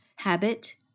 Habit